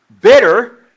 bitter